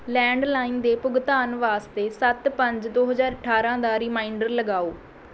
landline ਦੇ ਭੁਗਤਾਨ ਵਾਸਤੇ ਸੱਤ ਪੰਜ ਦੋ ਹਜ਼ਾਰ ਅਠਾਰ੍ਹਾਂ ਦਾ ਰੀਮਾਈਂਡਰ ਲਗਾਓ